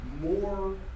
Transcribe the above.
more